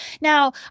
now